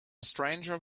stranger